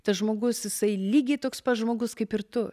tas žmogus jisai lygiai toks pat žmogus kaip ir tu